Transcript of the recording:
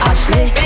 Ashley